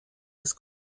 des